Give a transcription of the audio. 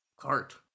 cart